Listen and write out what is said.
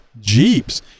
Jeeps